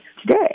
today